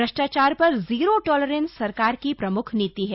भ्रष्टाचार पर zero tolerance सरकार की प्रमुख नीति है